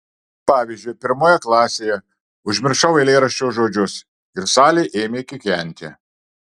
pavyzdžiui pirmoje klasėje užmiršau eilėraščio žodžius ir salė ėmė kikenti